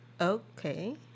Okay